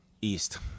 East